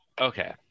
Okay